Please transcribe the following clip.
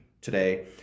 today